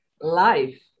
life